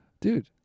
dude